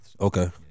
Okay